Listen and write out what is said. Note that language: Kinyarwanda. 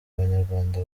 abanyarwanda